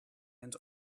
end